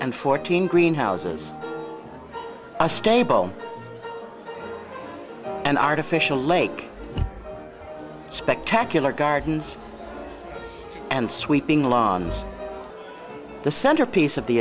and fourteen greenhouses a stable and artificial lake spectacular gardens and sweeping lawns the centerpiece of the